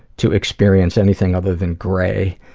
to experience anything other than gray.